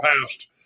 past